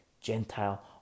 Gentile